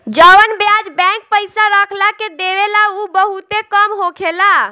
जवन ब्याज बैंक पइसा रखला के देवेला उ बहुते कम होखेला